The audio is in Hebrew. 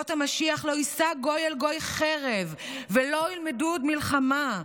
מנבואות המשיח: "לא ישא גוי אל גוי חרב ולא ילמדו עוד מלחמה".